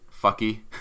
fucky